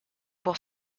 pour